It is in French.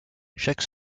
chaque